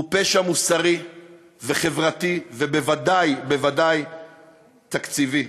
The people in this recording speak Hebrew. הוא פשע מוסרי וחברתי, ובוודאי בוודאי תקציבי.